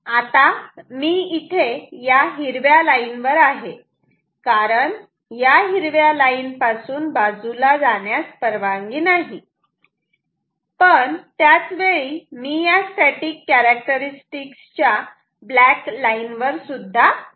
आता मी इथे या हिरव्या लाईन वर आहे कारण या हिरव्या लाईन पासून बाजूला जाण्यास परवानगी नाही पण त्याच वेळी मी या स्टॅटिक कॅरेक्टरस्टिक्स च्या ब्लॅक लाईन वर सुद्धा आहे